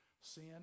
sin